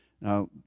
Now